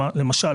למשל,